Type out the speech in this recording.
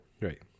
right